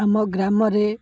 ଆମ ଗ୍ରାମରେ